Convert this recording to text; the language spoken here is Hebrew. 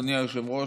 אדוני היושב-ראש,